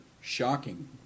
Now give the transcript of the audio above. shocking